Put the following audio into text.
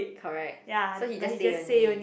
correct so he just say only